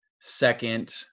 second